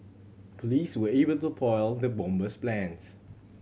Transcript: police were able to foil the bomber's plans